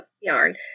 yarn